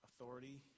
authority